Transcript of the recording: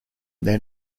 then